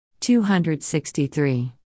263